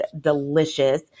delicious